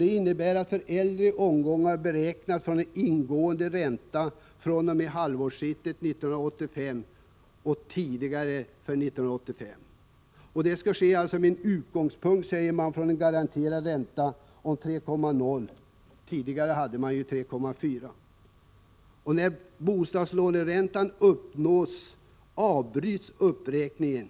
Den innebär att man för äldre årgångar beräknar en ingående ränta fr.o.m. halvårsskiftet 1985 med utgångspunkt från en garanterad ränta på 3,0 Z0 — tidigare räknade man ju med 3,4 20. När man uppnått nivån för bostadslåneräntan avbryts uppräkningen.